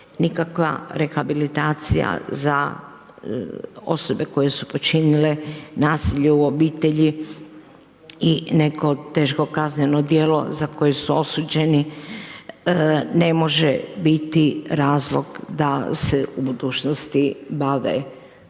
nikakva rehabilitacija za osobe koje su počinile nasilje u obitelji i neko teško kazneno djelo za koje su osuđeni ne može biti razlog da se u budućnosti bave udomiteljstvom.